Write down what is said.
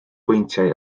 bwyntiau